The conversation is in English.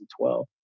2012